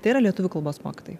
tai yra lietuvių kalbos mokytojai